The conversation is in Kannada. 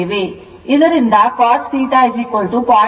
ಇದರಿಂದ cos theta 0